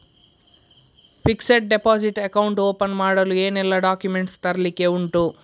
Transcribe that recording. Fixed deposit account open ಮಾಡಲು ಏನೆಲ್ಲಾ documents ತರ್ಲಿಕ್ಕೆ ಉಂಟು?